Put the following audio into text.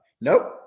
nope